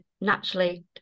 naturally